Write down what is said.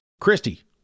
Christy